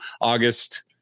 August